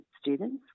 students